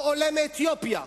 או עולה מאתיופיה,